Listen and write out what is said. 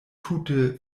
tute